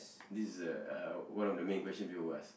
this is a uh one of the main question people will ask